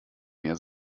mehr